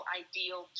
ideal